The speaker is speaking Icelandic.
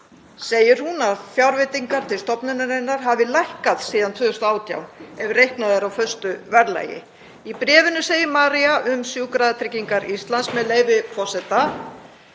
segir hún að fjárveitingar til stofnunarinnar hafi lækkað síðan 2018 ef reiknað er á föstu verðlagi. Í bréfinu segir María um Sjúkratryggingar Íslands, með leyfi forseta: